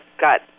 got